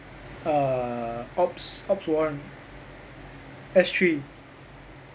err ops ops warrant S three